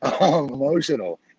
Emotional